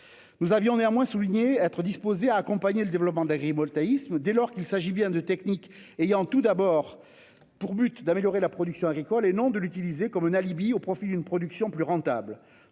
Nous avions néanmoins souligné que nous étions disposés à accompagner le développement de l'agrivoltaïsme, dès lors qu'il s'agirait bien de techniques ayant d'abord pour but d'améliorer la production agricole et non de l'utiliser comme alibi au profit d'une production plus rentable.